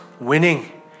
winning